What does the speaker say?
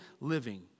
living